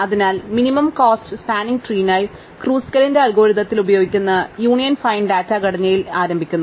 അതിനാൽ minimum cost spanning ട്രീസിനായി ക്രൂസ്കലിന്റെ അൽഗോരിതത്തിൽ ഉപയോഗിക്കുന്ന യൂണിയൻ ഫൈൻഡ് ഡാറ്റാ ഘടനയിൽ ഞങ്ങൾ ആരംഭിക്കുന്നു